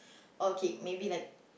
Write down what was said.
okay maybe like